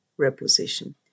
reposition